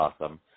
awesome